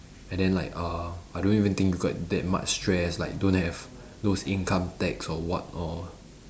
and then like uh I don't even think got that much stress like don't have those income tax or what or